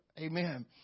Amen